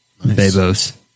babos